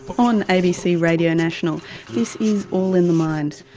on abc radio national this is all in the mind.